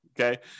Okay